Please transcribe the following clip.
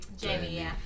Jamie